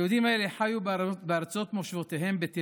היהודים האלה חיו בארצות מושבותיהם, בתימן,